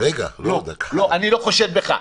אני לא חושד בך.